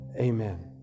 amen